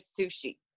sushi